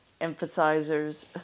Emphasizers